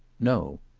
no.